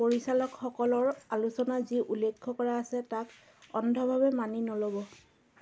পৰিচালকসকলৰ আলোচনা যি উল্লেখ কৰা আছে তাক অন্ধভাৱে মানি নল'ব